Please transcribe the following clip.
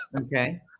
Okay